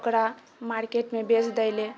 ओकरा मार्किटमे बेच दै लअ